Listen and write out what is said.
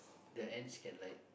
the ends can like